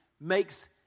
makes